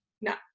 no